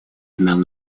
нам